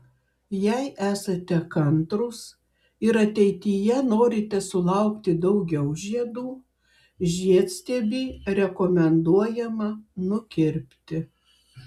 jei esate kantrūs ir ateityje norite sulaukti daugiau žiedų žiedstiebį rekomenduojama nukirpti